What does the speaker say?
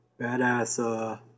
badass